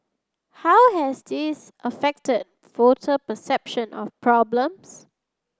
how has this affected voter perception of problems